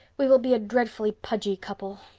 we will be a dreadfully pudgy couple.